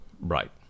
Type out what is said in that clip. right